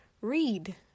Read